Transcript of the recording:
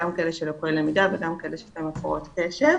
גם כאלה שיש להם לקויות למידה וגם כאלה שיש להם הפרעות קשב.